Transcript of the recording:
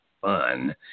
fun